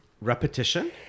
repetition